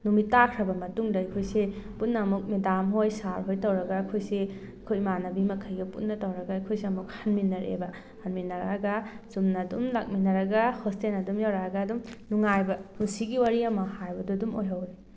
ꯅꯨꯃꯤꯠ ꯇꯥꯈ꯭ꯔꯕ ꯃꯇꯨꯡꯗ ꯑꯩꯈꯣꯏꯁꯤ ꯄꯨꯟꯅ ꯑꯃꯨꯛ ꯃꯦꯗꯥꯝꯍꯣꯏ ꯁꯥꯔꯍꯣꯏ ꯇꯧꯔꯒ ꯑꯩꯈꯣꯏꯁꯦ ꯑꯩꯈꯣꯏ ꯏꯃꯥꯟꯅꯕꯤ ꯃꯈꯩꯒ ꯄꯨꯟꯅ ꯇꯧꯔꯒ ꯑꯩꯈꯣꯏꯁꯦ ꯑꯃꯨꯛ ꯍꯟꯃꯤꯟꯅꯔꯛꯑꯦꯕ ꯍꯟꯃꯤꯟꯅꯔꯛꯑꯒ ꯆꯨꯝꯅ ꯑꯗꯨꯝ ꯂꯥꯛꯃꯤꯟꯅꯔꯒ ꯍꯣꯁꯇꯦꯜ ꯑꯗꯨꯝ ꯌꯧꯔꯛꯑꯒ ꯑꯗꯨꯝ ꯅꯨꯡꯉꯥꯏꯕ ꯄꯨꯟꯁꯤꯒꯤ ꯋꯥꯔꯤ ꯑꯃ ꯍꯥꯏꯕꯗꯣ ꯑꯗꯨꯝ ꯑꯣꯏꯍꯧꯔꯦ